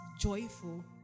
joyful